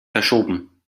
verschoben